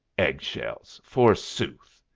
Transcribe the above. egg-shells, forsooth!